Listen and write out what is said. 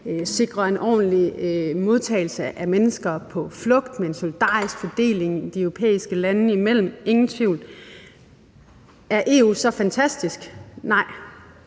sikre en ordentlig modtagelse af mennesker på flugt med en solidarisk fordeling de europæiske lande imellem – ingen tvivl om det. Er EU så fantastisk? Nej,